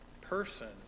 person